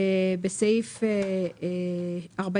בסעיף 46